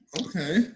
Okay